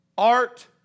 Art